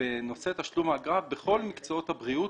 בנושא תשלום האגרה בכל מקצועות הבריאות,